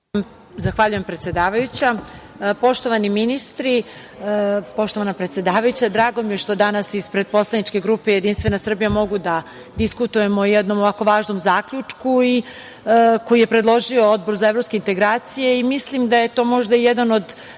Zahvaljujem, predsedavajuća. Poštovani ministri, poštovana predsedavajuća, drago mi je što danas ispred poslaničke grupe JS mogu da diskutujemo o jednom ovako važnom zaključku i koji je predložio Odbor za evropske integracije. Mislim da je to možda jedan od